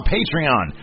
Patreon